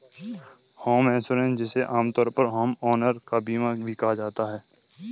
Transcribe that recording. home insurance जिसे आमतौर पर होमओनर का बीमा भी कहा जाता है